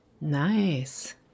Nice